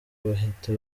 bahita